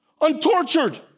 Untortured